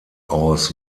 aus